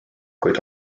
kuid